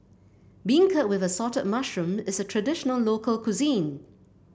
beancurd with assorted mushroom is a traditional local cuisine